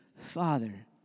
Father